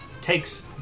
takes